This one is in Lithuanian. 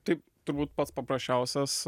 tai turbūt pats paprasčiausias